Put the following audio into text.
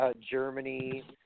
Germany